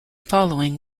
following